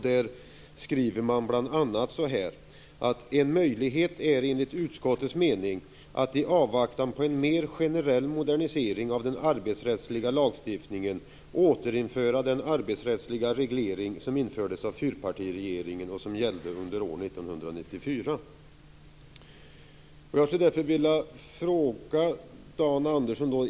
De skriver bl.a. så här: "En möjlighet är enligt utskottets mening att i avvaktan på en mer generell modernisering av den arbetsrättsliga lagstiftningen återinföra den arbetsrättsliga reglering som infördes av fyrpartiregeringen och som gällde under år 1994."